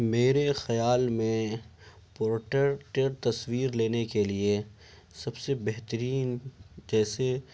میرے خیال میں پورٹریٹ تصویر لینے کے لیے سب سے بہترین جیسے